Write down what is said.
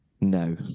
No